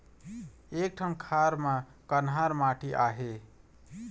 एक ठन खार म कन्हार माटी आहे?